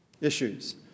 issues